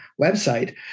website